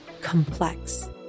complex